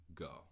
go